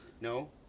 No